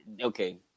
Okay